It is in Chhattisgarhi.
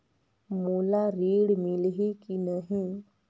मोला ऋण मिलही की नहीं?